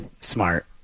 Smart